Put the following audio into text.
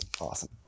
awesome